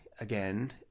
again